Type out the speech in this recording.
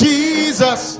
Jesus